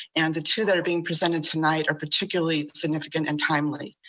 and the two that are being presented tonight are particularly significant and timely.